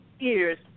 ears